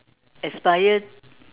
aspire